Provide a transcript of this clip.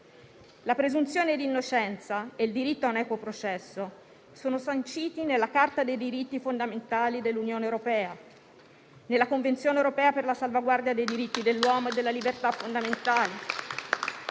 La presunzione di innocenza e il diritto a un equo processo sono sanciti nella Carta dei diritti fondamentali dell'Unione europea, nella Convenzione europea per la salvaguardia dei diritti dell'uomo e delle libertà fondamentali,